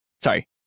sorry